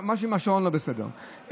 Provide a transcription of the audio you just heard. משהו לא בסדר עם השעון.